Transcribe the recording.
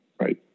right